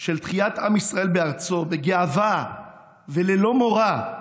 של תחיית עם ישראל בארצו, בגאווה וללא מורא,